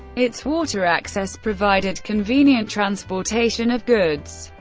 its water access provided convenient transportation of goods,